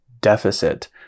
deficit